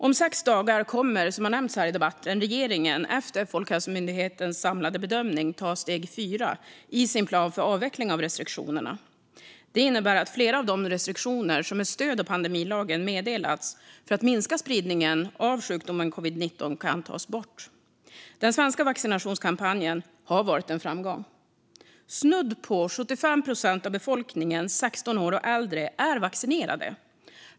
Om sex dagar kommer, vilket nämnts här i debatten, regeringen efter Folkhälsomyndighetens samlade bedömning att ta steg fyra i sin plan för avveckling av restriktionerna. Det innebär att flera av de restriktioner som med stöd av pandemilagen meddelats för att minska spridningen av sjukdomen covid-19 kan tas bort. Den svenska vaccinationskampanjen har varit en framgång. Snudd på 75 procent av befolkningen som är 16 år och äldre är vaccinerade.